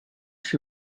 she